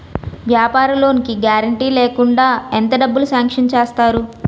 వ్యాపార లోన్ కి గారంటే లేకుండా ఎంత డబ్బులు సాంక్షన్ చేస్తారు?